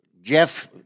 Jeff